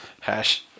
Hash